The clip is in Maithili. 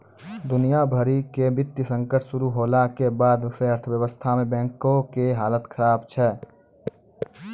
दुनिया भरि मे वित्तीय संकट शुरू होला के बाद से अर्थव्यवस्था मे बैंको के हालत खराब छै